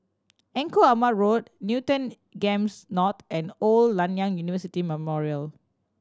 Engku Aman Road Newton Games North and Old Nanyang University Memorial